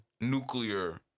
nuclear